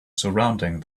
surrounding